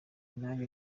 nanjye